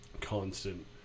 constant